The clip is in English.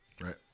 right